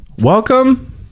Welcome